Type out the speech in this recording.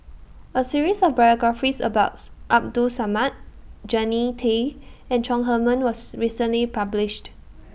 A series of biographies about Abdul Samad Jannie Tay and Chong Heman was recently published